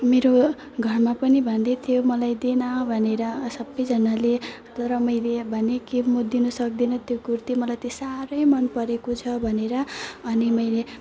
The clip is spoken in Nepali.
मेरो घरमा पनि भन्दैथियो मलाई दे न भनेर सबैजनाले तर मैले भनेँ कि म दिनु सक्दिनँ त्यो कुर्ती मलाई त्यो साह्रै मनपरेको छ भनेर अनि मैले